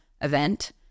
event